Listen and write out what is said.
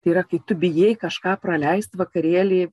tai yra kai tu bijai kažką praleist vakarėlį